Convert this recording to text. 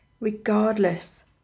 Regardless